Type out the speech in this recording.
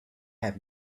have